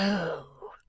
oh!